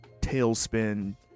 Tailspin